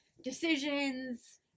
decisions